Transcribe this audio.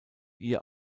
ihr